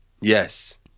Yes